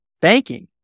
banking